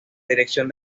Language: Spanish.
dirección